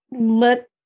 let